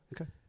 Okay